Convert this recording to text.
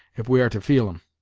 if we are to feel em.